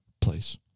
place